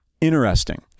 Interesting